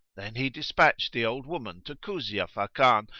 then he despatched the old woman to kuzia fakan,